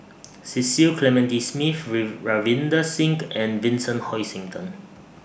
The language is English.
Cecil Clementi Smith Read Ravinder Singh and Vincent Hoisington